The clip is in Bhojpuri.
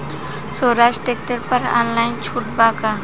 सोहराज ट्रैक्टर पर ऑनलाइन छूट बा का?